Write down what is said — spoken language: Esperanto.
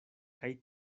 kaj